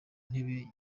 ntebe